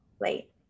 late